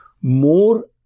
more